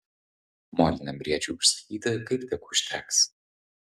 moliniam briedžiui užsakyti kaip tik užteks